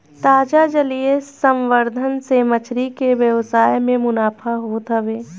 ताजा जलीय संवर्धन से मछरी के व्यवसाय में मुनाफा होत हवे